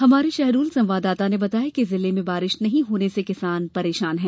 हमारे शहडोल संवाददाता ने बताया है जिले में बारिश नहीं होने से किसान परेशान हैं